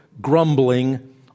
grumbling